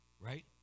right